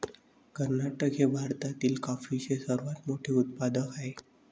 कर्नाटक हे भारतातील कॉफीचे सर्वात मोठे उत्पादक आहे